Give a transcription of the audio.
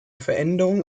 veränderungen